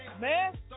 man